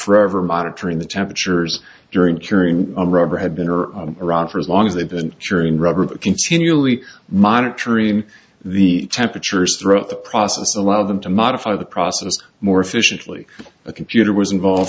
forever monitoring the temperatures during curing rubber had been or around for as long as they've been churning rubber continually monitoring the temperatures throughout the process allow them to modify the process more efficiently a computer was involved